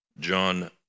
John